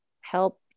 help